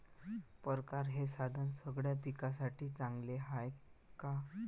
परकारं हे साधन सगळ्या पिकासाठी चांगलं हाये का?